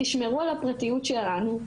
שמרו על הפרטיות שלנו,